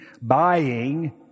buying